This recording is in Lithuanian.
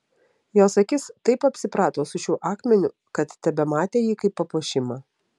jos akis taip apsiprato su šiuo akmeniu kad tematė jį kaip papuošimą